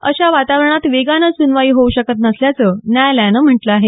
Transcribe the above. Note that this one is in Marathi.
अशा वातावरणात वेगानं सुनवाई होऊ शकत नसल्याचं न्यायालयानं म्हटलं आहे